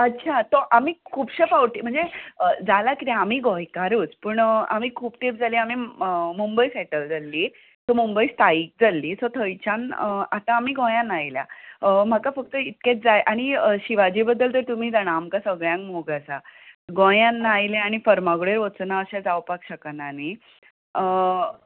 अच्चा तो आमी खुबशे फावटी म्हणजे जालां कितें आमी गोंयकारच पूण आमी खूब तेप जाली आमी मुंबय सेटल जाल्ली सो मुंबय स्थायीक जाल्ली सो थंयच्यान आतां आमी गोंयांत आयल्यात म्हाका फक्त इतकेंच जाय आनी शिवाजी बद्दल तर तुमी जाणांत आमकां सगळ्यांक मोग आसा गोंयांत आयलें आनी फार्मागुडेर वचूना अशें जावपाक शकना न्ही